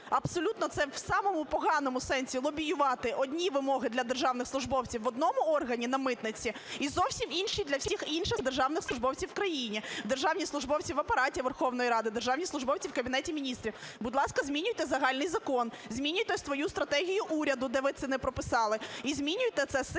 абсолютно це в самому поганому сенсі, лобіювати одні вимоги для державних службовців в одному органі – на митниці і зовсім інші для всіх інших державних службовців в країні, державні службовці в Апараті Верховної Ради, державні службовці в Кабінеті Міністрів. Будь ласка, змінюйте загальний закон, змінюйте свою стратегію уряду, де ви це не прописали, і змінюйте це системно.